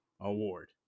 Award